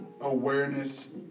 awareness